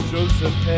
Joseph